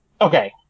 okay